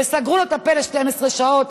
וסגרו לו את הפה ל-12 שעות,